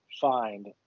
find